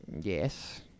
Yes